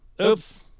oops